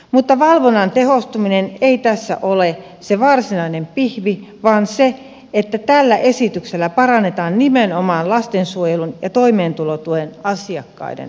mutta valvonnan tehostuminen ei tässä ole se varsinainen pihvi vaan se että tällä esityksellä parannetaan nimenomaan lastensuojelun ja toimeentulotuen asiakkaiden asemaa